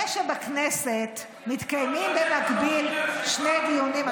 זה שבכנסת מתקיימים במקביל שני דיונים,